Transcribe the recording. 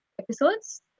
episodes